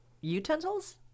utensils